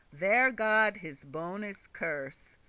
there god his bones curse.